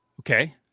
Okay